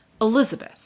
Elizabeth